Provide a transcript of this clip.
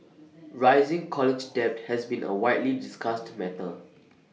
rising college debt has been A widely discussed matter